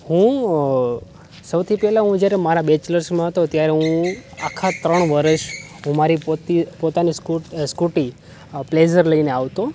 હું સૌથી પહેલા હું જ્યારે મારા બેચલર્સમાં હતો ત્યારે હું આખા ત્રણ વર્ષ હું મારી પોતાની સ્કૂટી પ્લેઝર લઈને આવતો